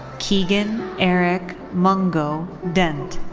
keegan eric mungo dent.